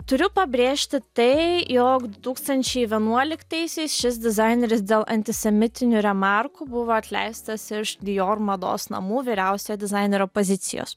turiu pabrėžti tai jog du tūkstančiai vienuoliktaisiais šis dizaineris dėl antisemitinių remarkų buvo atleistas iš dijor mados namų vyriausiojo dizainerio pozicijos